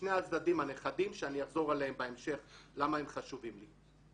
משני הצדדים אלה הנכדים אליהם אני אחזור בהמשך ואומר למה הם חשובים לי.